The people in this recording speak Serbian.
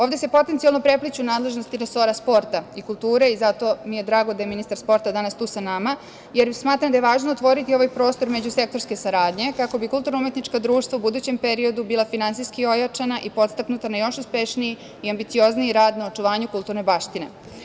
Ovde se potencijalno prepliću nadležnosti resora sporta i kulture i zato mi je drago da je ministar sporta danas tu sa nama, jer smatram da je važno otvoriti ovaj prostor međusektorske saradnje, kako bi kulturno-umetnička društva u budućem periodu bila finansijski ojačana i podstaknuta na još uspešniji i ambiciozniji rad na očuvanju kulturne baštine.